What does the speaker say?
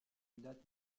date